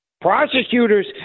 Prosecutors